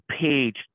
page